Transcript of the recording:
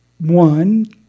one